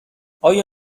آیا